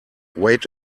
wait